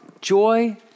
joy